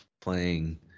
playing